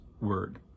Word